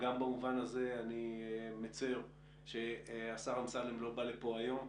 גם במובן הזה אני מצר שהשר אמסלם לא בא לפה היום.